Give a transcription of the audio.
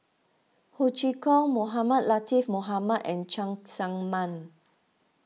Ho Chee Kong Mohamed Latiff Mohamed and Cheng Tsang Man